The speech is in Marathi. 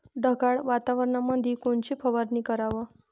ढगाळ वातावरणामंदी कोनची फवारनी कराव?